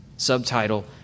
Subtitle